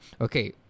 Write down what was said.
okay